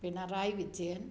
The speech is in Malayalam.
പിണറായി വിജയൻ